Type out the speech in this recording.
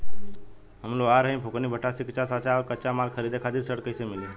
हम लोहार हईं फूंकनी भट्ठी सिंकचा सांचा आ कच्चा माल खरीदे खातिर ऋण कइसे मिली?